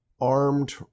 armed